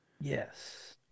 Yes